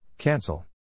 Cancel